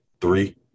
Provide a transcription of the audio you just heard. three